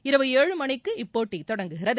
இரவு ஏழு மணிக்கு போட்டி தொடங்குகிறது